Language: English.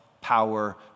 power